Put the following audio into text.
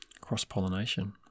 cross-pollination